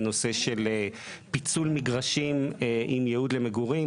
בנושא של פיצול מגרשים עם ייעוד למגורים.